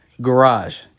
Garage